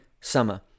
summer